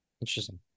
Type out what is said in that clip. Interesting